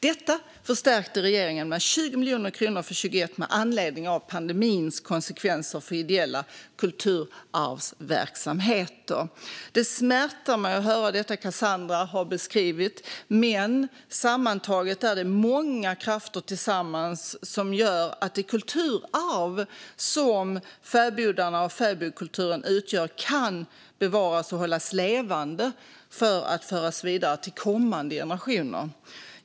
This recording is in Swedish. Detta förstärkte regeringen med 20 miljoner kronor för 2021 med anledning av pandemins konsekvenser för ideella kulturarvsverksamheter. Sammantaget är det många krafter som tillsammans gör att det kulturarv som fäbodarna och fäbodkulturen utgör kan bevaras och hållas levande för att föras vidare till kommande generationer.